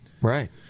Right